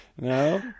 No